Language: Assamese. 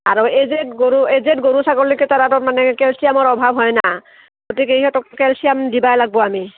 আৰু এজেড গৰু এজেড গৰু ছাগলীকেইটাৰ তাৰমানে কেলছিয়ামৰ অভাৱ হয় না গতিকে সহঁতক কেলছিয়াম দিবাই লাগব আমি